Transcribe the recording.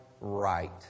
right